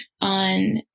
on